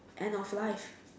end of life